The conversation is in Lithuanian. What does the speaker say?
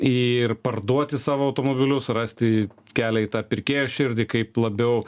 ir parduoti savo automobilius rasti kelią į tą pirkėjo širdį kaip labiau